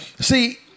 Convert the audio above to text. See